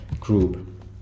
group